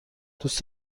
دوست